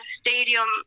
stadium